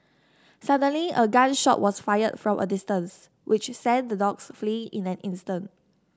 suddenly a gun shot was fired from a distance which sent the dogs fleeing in an instant